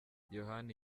yohani